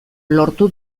lortu